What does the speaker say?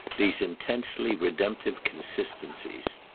these intensely redemptive consistencies.